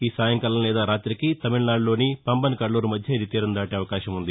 ఈ సాయంకాలం లేదా రాతికి తమిళనాదులోని పంబన్ కడలూరు మధ్య తీరం దాటే అవకాశం ఉంది